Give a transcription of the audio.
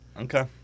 Okay